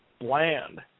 bland